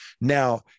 Now